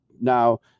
now